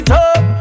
up